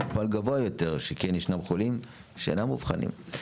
בפועל גבוה יותר שכן ישנם חולים שאינם מאובחנים.